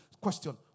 Question